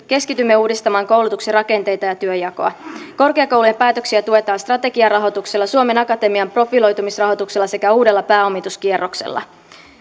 keskitymme uudistamaan koulutuksen rakenteita ja työnjakoa korkeakoulujen päätöksiä tuetaan strategiarahoituksella suomen akatemian profiloitumisrahoituksella sekä uudella pääomituskierroksella